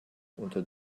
unter